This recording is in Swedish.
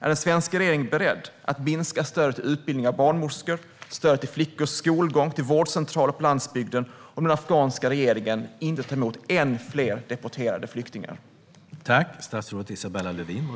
Är den svenska regeringen beredd att minska stödet till utbildning av barnmorskor, stödet till flickors skolgång och stödet till vårdcentraler på landsbygden om den afghanska regeringen inte tar emot än fler deporterade flyktingar?